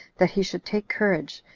that he should take courage,